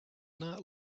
not